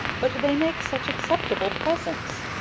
but they make such acceptable presents,